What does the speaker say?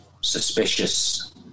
suspicious